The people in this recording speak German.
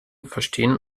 verstehen